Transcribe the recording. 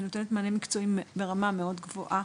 היא נותנת מענה מקצועית ברמה מאוד גבוהה.